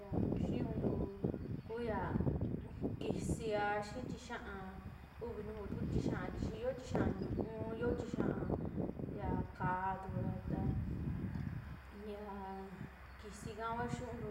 Yaa xiniuntu kua ya kisiaa xii tixiaa, uvi nuju kuu tuku tixiaa chii yoo tixiaa ñu'u, un yoo tixiaa ya ka'á tukura, ta yaa kisiikaa kua xinuuntu